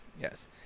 Yes